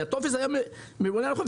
כי הטופס היה ממולא נכון,